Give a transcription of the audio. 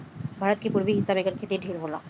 भारत के पुरबी हिस्सा में एकर खेती ढेर होला